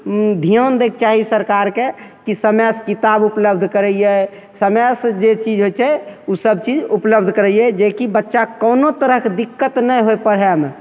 धिआन दैके चाही सरकारके कि समयसे किताब उपलब्ध करैए समयसे जे चीज होइ छै ओसब चीज उपलब्ध करैए जे कि बच्चाके कोनो तरहके दिक्कत नहि होइ पढ़ैमे